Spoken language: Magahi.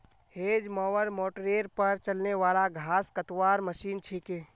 हेज मोवर मोटरेर पर चलने वाला घास कतवार मशीन छिके